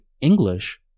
English